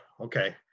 Okay